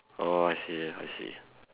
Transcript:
oh I see I see